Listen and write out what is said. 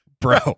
Bro